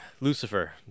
Lucifer